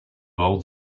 old